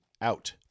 out